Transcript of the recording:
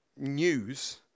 news